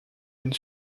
une